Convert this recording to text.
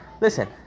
Listen